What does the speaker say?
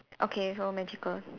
okay so magical